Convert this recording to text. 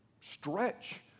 stretch